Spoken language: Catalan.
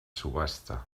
subhasta